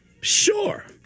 Sure